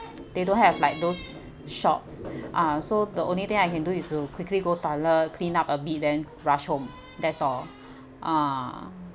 they don't have like those shops ah so the only thing I can do is to quickly go toilet clean up a bit then rush home that's all ah